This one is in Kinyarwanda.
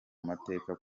amateka